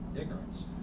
ignorance